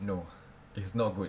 no it's not good